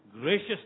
gracious